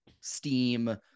Steam